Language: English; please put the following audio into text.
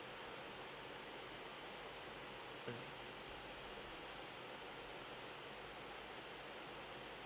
mm